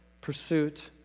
Pursuit